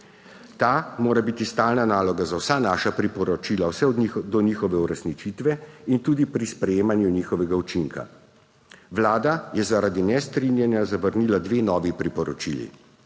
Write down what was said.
Ta mora biti stalna naloga za vsa naša priporočila vse do njihove uresničitve in tudi pri sprejemanju njihovega učinka. Vlada je zaradi nestrinjanja zavrnila dve novi priporočili.